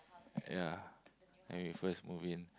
ya when we first move in